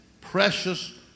precious